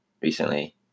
recently